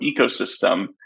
ecosystem